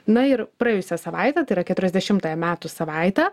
na ir praėjusią savaitę tai yra keturiasdešimtąją metų savaitę